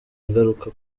ingaruka